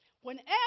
Whenever